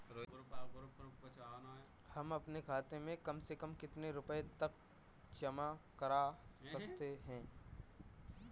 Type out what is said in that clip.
हम अपने खाते में कम से कम कितने रुपये तक जमा कर सकते हैं?